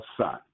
son